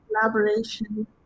collaboration